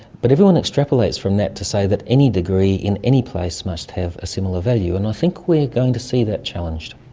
but everyone extrapolates from that to say that any degree in any place must have a similar value, and i think we are going to see that challenged.